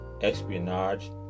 espionage